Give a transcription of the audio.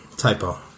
typo